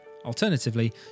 Alternatively